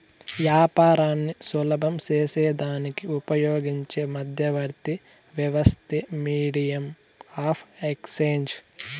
యాపారాన్ని సులభం సేసేదానికి ఉపయోగించే మధ్యవర్తి వ్యవస్థే మీడియం ఆఫ్ ఎక్స్చేంజ్